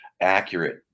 accurate